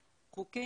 חוקים,